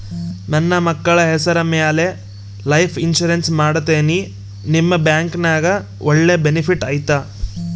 ನನ್ನ ಮಕ್ಕಳ ಹೆಸರ ಮ್ಯಾಲೆ ಲೈಫ್ ಇನ್ಸೂರೆನ್ಸ್ ಮಾಡತೇನಿ ನಿಮ್ಮ ಬ್ಯಾಂಕಿನ್ಯಾಗ ಒಳ್ಳೆ ಬೆನಿಫಿಟ್ ಐತಾ?